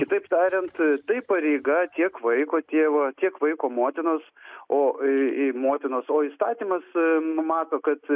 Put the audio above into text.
kitaip tariant tai pareiga tiek vaiko tėvo tiek vaiko motinos o į į motinos o įstatymas numato kad